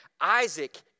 Isaac